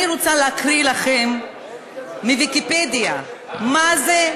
אני רוצה להקריא לכם מ"ויקיפדיה" מה זה,